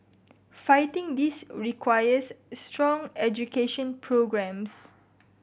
fighting this requires strong education programmes